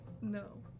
No